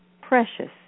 precious